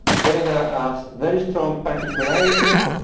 there is a very strong particularity,